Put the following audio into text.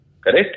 correct